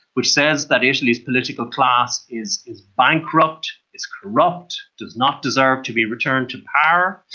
which says that italy's political class is is bankrupt, is corrupt, does not deserve to be returned to power,